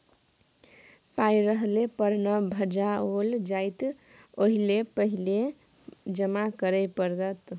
पाय रहले पर न भंजाओल जाएत ओहिलेल पहिने जमा करय पड़त